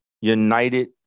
united